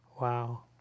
Wow